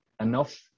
enough